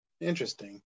Interesting